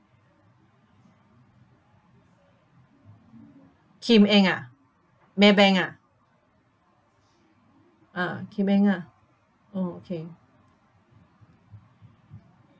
Kim Eng ah Maybank ah ah Kim Eng lah oh okay